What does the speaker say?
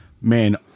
man